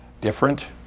different